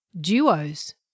duos